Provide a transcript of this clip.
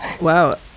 Wow